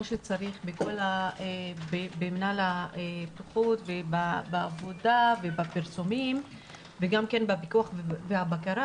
שצריך במינהל הבטיחות ובעבודה ובפרסומים וגם בפיקוח ובבקרה,